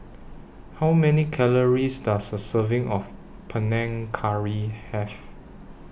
How Many Calories Does A Serving of Panang Curry Have